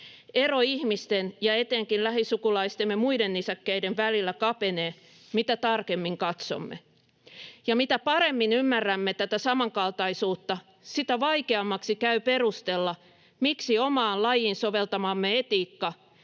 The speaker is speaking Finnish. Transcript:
Ero ihmisten ja etenkin lähisukulaistemme muiden nisäkkäiden välillä kapenee, mitä tarkemmin katsomme, ja mitä paremmin ymmärrämme tätä samankaltaisuutta, sitä vaikeammaksi käy perustella, miksi omaan lajiin soveltamamme etiikka,